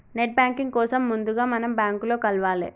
net banking కోసం ముందుగా మనం బ్యాంకులో కలవాలే